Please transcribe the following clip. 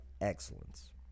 excellence